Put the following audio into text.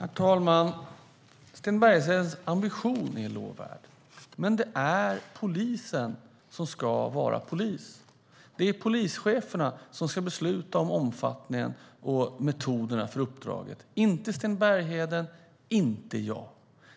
Herr talman! Sten Berghedens ambition är lovvärd, men det är polisen som ska vara polis. Det är polischeferna som ska besluta om omfattningen och metoderna för uppdraget, inte Sten Bergheden och inte jag.